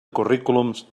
currículums